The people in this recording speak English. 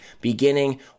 beginning